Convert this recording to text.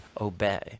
obey